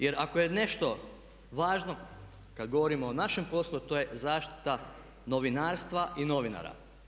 Jer ako je nešto važno kad govorimo o našem poslu, a to je zaštita novinarstva i novinara.